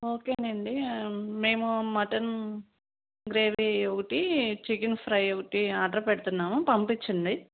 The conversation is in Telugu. ఓకే అండి మేము మటన్ గ్రేవీ ఒకటి చికెన్ ఫ్రై ఒకటి ఆర్డర్ పెడుతున్నాము పంపించిండి